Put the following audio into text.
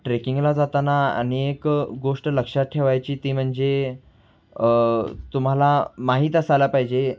ट्रेकिंगला जाताना आणि एक गोष्ट लक्षात ठेवायची ती म्हणजे तुम्हाला माहीत असायला पाहिजे